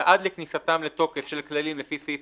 ועד לכניסתם לתוקף של כללים לפי סעיף